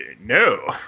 No